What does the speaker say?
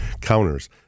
counters